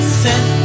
sent